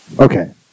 Okay